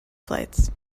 flights